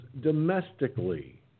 domestically